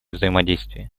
взаимодействие